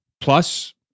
plus